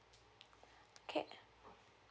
okay